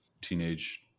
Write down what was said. Teenage